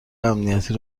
امنیتی